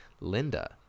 Linda